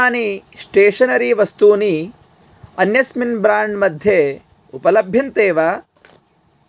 इमानी stationery वस्तूनि अन्यस्मिन् brand मध्ये उपलभ्यन्ते वा